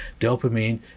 dopamine